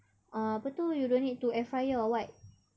uh apa tu you don't need to air fryer or what